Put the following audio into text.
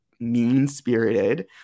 mean-spirited